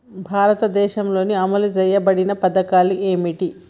భారతదేశంలో అమలు చేయబడిన పథకాలు ఏమిటి?